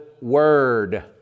word